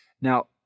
Now